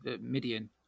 Midian